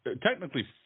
technically